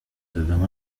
kagame